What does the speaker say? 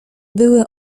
były